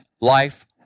life